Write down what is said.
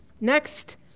next